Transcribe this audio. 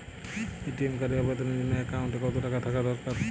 ATM কার্ডের আবেদনের জন্য অ্যাকাউন্টে কতো টাকা থাকা দরকার?